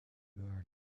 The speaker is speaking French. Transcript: halle